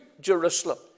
Jerusalem